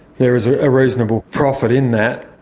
there is a ah reasonable profit in that.